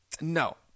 No